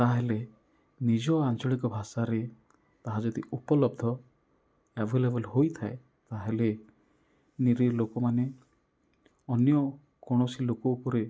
ତାହେଲେ ନିଜ ଆଞ୍ଚଳିକ ଭାଷାରେ ତାହା ଯଦି ଉପଲବ୍ଧ ଆଭେଲେବଲ୍ ହୋଇଥାଏ ତାହେଲେ ନିରୀହ ଲୋକମାନେ ଅନ୍ୟ କୌଣସି ଲୋକ ଉପରେ